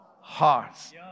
hearts